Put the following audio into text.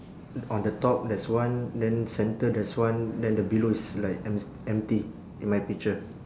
on the top there's one then center there's one then the below is like emp~ empty in my picture